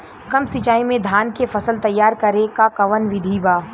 कम सिचाई में धान के फसल तैयार करे क कवन बिधि बा?